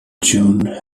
june